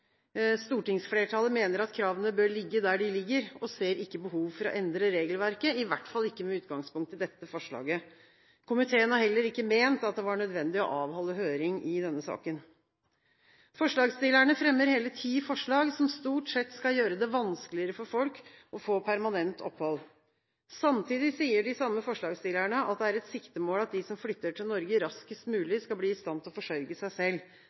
Stortingsflertallet mener at kravene bør ligge der de ligger og ser ikke behov for å endre regelverket, i hvert fall ikke med utgangspunkt i dette forslaget. Komiteen har heller ikke ment at det var nødvendig å avholde høring i denne saken. Forslagsstillerne fremmer hele ti forslag som stort sett skal gjøre det vanskeligere for folk å få permanent opphold. Samtidig sier de samme forslagsstillerne at det er et siktemål at de som flytter til Norge, raskest mulig skal bli i stand til å forsørge seg selv.